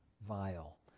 vile